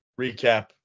recap